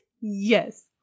Yes